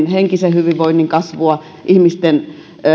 henkisen hyvinvoinnin kasvua ihmisten